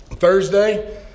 Thursday